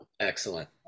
Excellent